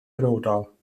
penodol